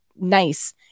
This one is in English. nice